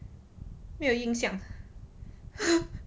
没有印象